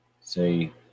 say